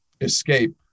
escape